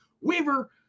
Weaver